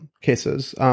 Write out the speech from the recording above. cases